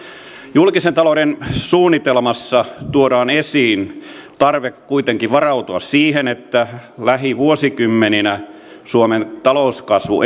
julkisen talouden suunnitelmassa tuodaan esiin tarve kuitenkin varautua siihen että lähivuosikymmeninä suomen talouskasvu